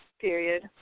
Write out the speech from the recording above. period